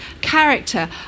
character